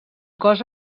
cos